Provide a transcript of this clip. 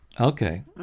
Okay